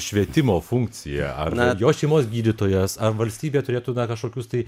švietimo funkcija ar jo šeimos gydytojas ar valstybė turėtų na kažkokius tai